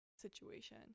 situation